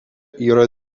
yra